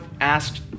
asked